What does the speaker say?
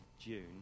June